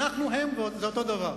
אנחנו והם זה אותו דבר.